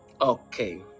Okay